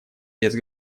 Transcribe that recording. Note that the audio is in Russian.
без